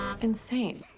insane